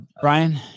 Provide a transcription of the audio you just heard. Brian